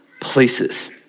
places